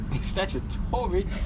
Statutory